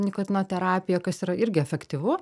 nikotino terapiją kas yra irgi efektyvu